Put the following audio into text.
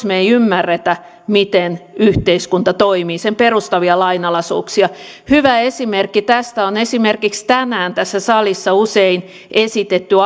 me emme ymmärrä miten yhteiskunta toimii sen perustavia lainalaisuuksia hyvä esimerkki tästä on esimerkiksi tänään tässä salissa usein esitetty